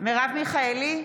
מרב מיכאלי,